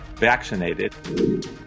vaccinated